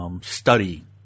study